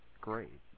great